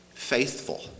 faithful